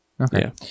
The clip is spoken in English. Okay